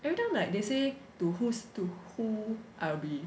every time like they say to to 呼 I'll be